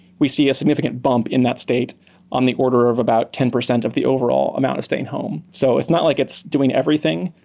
we see a significant bump in that state on the order of about ten percent of the overall amount of staying home so it's not like it's doing everything,